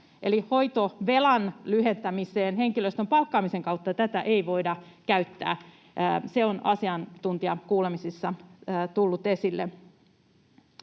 eli hoitovelan lyhentämiseen. Henkilöstön palkkaamisen kautta tätä ei voida käyttää, se on asiantuntijakuulemisissa tullut esille.